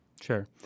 Sure